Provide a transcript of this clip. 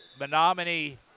Menominee